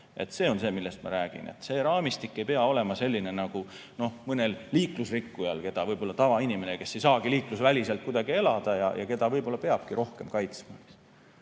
See on see, millest ma räägin. See raamistik ei pea olema selline nagu mõnel liiklusrikkujal, tavainimesel, kes ei saagi liiklusväliselt kuidagi elada ja keda võib-olla peabki rohkem kaitsma.